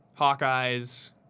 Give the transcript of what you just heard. Hawkeyes